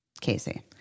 Casey